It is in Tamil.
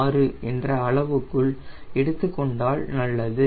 6 என்ற அளவுக்குள் எடுத்துக் கொண்டால் நல்லது